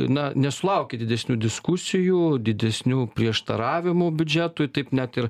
na nesulaukė didesnių diskusijų didesnių prieštaravimų biudžetui taip net ir